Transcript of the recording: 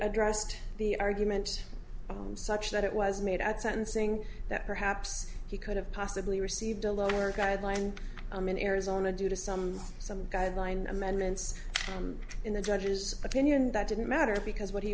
addressed the argument such that it was made at sentencing that perhaps he could have possibly received a lower guideline and i'm in arizona due to some some guideline amendments in the judge's opinion that didn't matter because what he